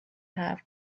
half